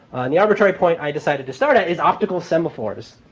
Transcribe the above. the arbitrary point i decided to start at is optical semaphores.